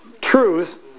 truth